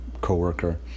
co-worker